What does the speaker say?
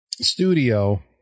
studio